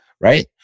Right